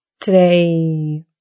today